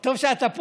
טוב שאתה פה.